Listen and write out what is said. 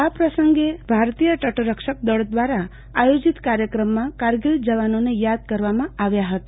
આ પ્રસંગે ભારતી તટરક્ષક દળ દ્રારા આયોજીત કાર્યક્રમમાં કારગીલના જવાનોને યાદ કરવામાં આવ્યા હતો